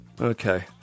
Okay